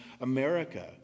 America